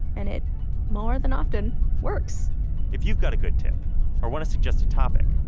and it more than often works if you've got a good tip or want to suggest a topic,